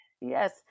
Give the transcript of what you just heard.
yes